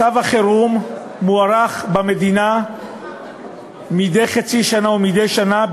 מצב החירום מוארך במדינה מדי חצי שנה ומדי שנה,